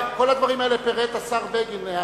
כל הדברים האלה פירט השר בגין,